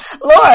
Lord